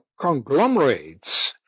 conglomerates